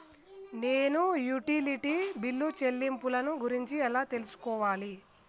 నేను utility bill చెల్లింపులను గురించి ఎలా తెలుసుకోవాలి?